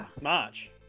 march